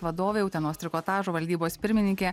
vadovė utenos trikotažo valdybos pirmininkė